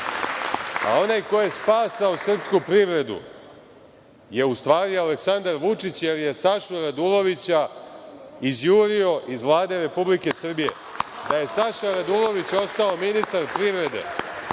Onaj ko je spasao srpsku privredu je u stvari Aleksandar Vučić, jer je Sašu Radulovića izjurio iz Vlade Republike Srbije. Da je Saša Radulović ostao ministar privrede,